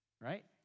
Right